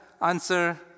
Answer